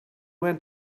went